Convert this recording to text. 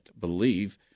believe